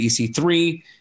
EC3